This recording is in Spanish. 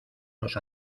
los